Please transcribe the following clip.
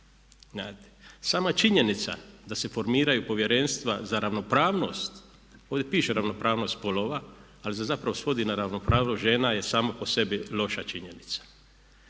Sama činjenica da se formiraju povjerenstva za ravnopravnost, ovdje piše ravnopravnost spolova. Ali se zapravo svodi na ravnopravnost žena je samo po sebi loša činjenica.